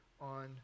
on